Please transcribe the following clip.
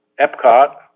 Epcot